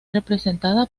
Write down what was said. representada